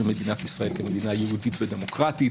מדינת ישראל כמדינה יהודית ודמוקרטית,